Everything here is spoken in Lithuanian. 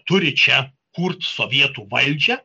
turi čia kurt sovietų valdžią